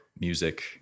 music